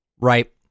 Right